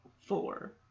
four